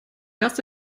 erste